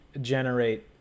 generate